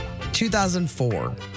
2004